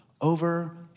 over